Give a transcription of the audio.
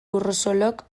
urrosolok